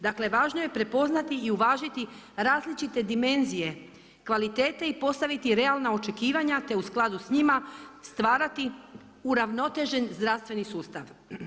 Dakle, važno je prepoznati i uvažiti različite dimenzije kvalitete i postaviti realna očekivanja te u skladu s njima stvarati uravnotežen zdravstveni sustav.